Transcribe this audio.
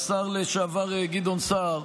השר לשעבר גדעון סער,